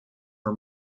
for